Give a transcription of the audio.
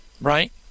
Right